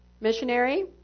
missionary